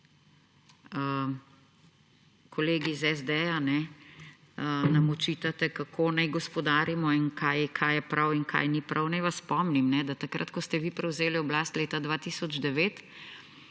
Kolegi iz SD nam očitate, kako naj gospodarimo in kaj je prav in kaj ni prav. Naj vas spomnim, da smo imeli takrat, ko ste vi prevzeli oblast leta 2009,